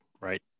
right